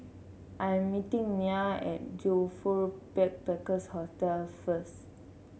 I'm meeting Nya at Joyfor Backpackers' Hostel first